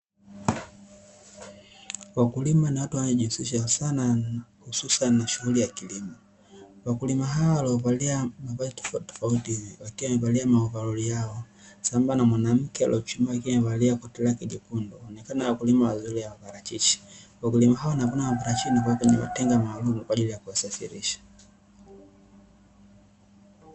Wakulima ni watu wanaojihusisha sana hususa ni shughuli za kilimo, wakulima hao waliovalia mavazi tofauti tofauti wakiwa wamevalia ma ovelori yao samabamba na mwanaumke aliye chomekea aliyevalia koti lake jekundu, inaonekana ni wakulima wa maparachichi, wakulima hao wanavuna maparachichi na kuweka katika matenga kwaajili ya kusafilisha.